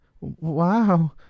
Wow